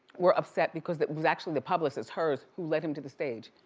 were upset because it was actually the publicist, hers, who led him to the stage.